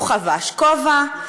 הוא חבש כובע,